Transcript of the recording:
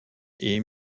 est